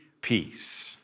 peace